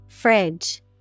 Fridge